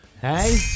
Hey